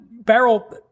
Barrel